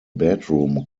bedroom